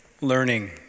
learning